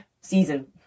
season